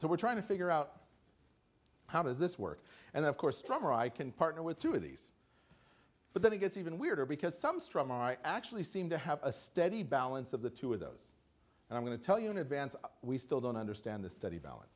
so we're trying to figure out how does this work and of course stronger i can partner with through these for that it gets even weirder because some straw man i actually seem to have a steady balance of the two of those and i'm going to tell you in advance we still don't understand the study balance